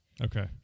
Okay